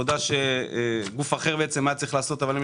עבודה שגוף אחר היה צריך לעשות אבל הם